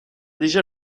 déjà